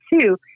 two